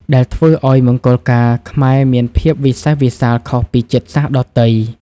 ដែលធ្វើឱ្យមង្គលការខ្មែរមានភាពវិសេសវិសាលខុសពីជាតិសាសន៍ដទៃ។